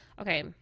Okay